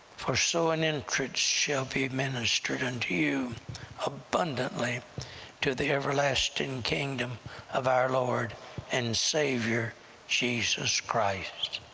for so an entrance shall be ministered unto you abundantly to the everlasting kingdom of our lord and saviour jesus christ.